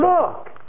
look